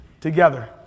together